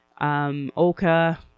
Oka